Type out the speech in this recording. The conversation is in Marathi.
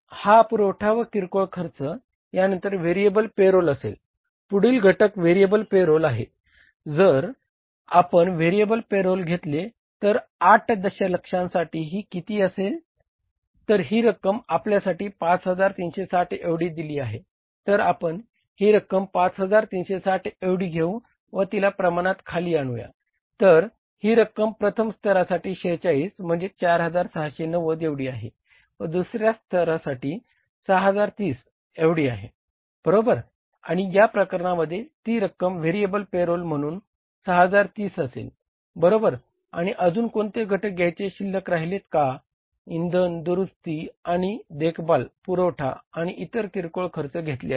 हा पुरवठा व किरकोळ खर्च यानंतर व्हेरिएबल पेरोल म्हणून 6030 असेल बरोबर आणि अजून कोणते घटक घ्यायचे शिल्लक राहिलेत का इंधन दुरुस्ती आणि देखभाल पुरवठा आणि इतर किरकोळ खर्च घेतले आहेत